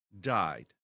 died